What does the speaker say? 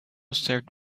served